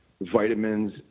vitamins